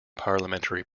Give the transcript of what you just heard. parliamentary